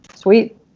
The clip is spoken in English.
Sweet